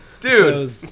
dude